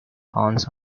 horns